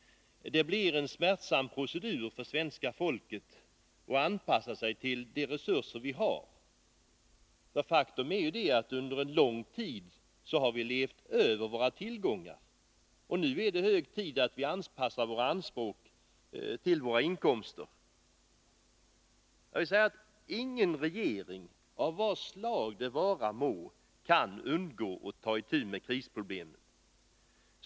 Det blir en smärtsam procedur för svenska folket att anpassa sig till de resurser vi har. Ett faktum är ju att vi under en lång tid har levt över våra tillgångar, och nu är det hög tid att vi anpassar våra anspråk till våra inkomster. Ingen regering, av vad slag den vara må, kan undgå att ta itu med krisproblemen.